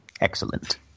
Excellent